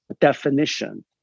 definition